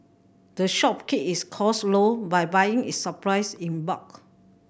the shop keep its costs low by buying its supplies in bulk